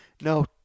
No